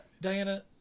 diana